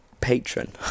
patron